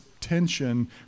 tension